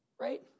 right